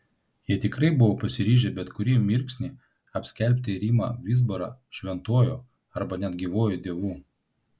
jie tikrai buvo pasiryžę bet kurį mirksnį apskelbti rimą vizbarą šventuoju arba net gyvuoju dievu